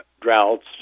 droughts